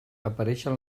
apareixen